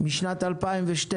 משנת 2012,